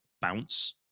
bounce